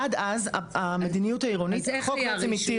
עד אז החוק בעצם התיר.